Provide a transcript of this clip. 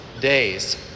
days